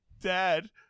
dad